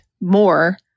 more